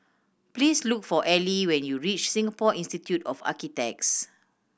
please look for Ally when you reach Singapore Institute of Architects